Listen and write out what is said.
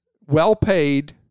well-paid